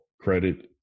credit